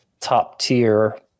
top-tier